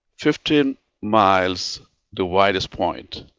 fifteen miles the widest point,